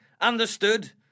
Understood